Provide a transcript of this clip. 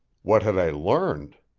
what had i learned?